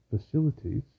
facilities